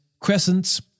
crescents